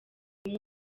uyu